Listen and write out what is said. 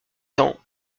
cents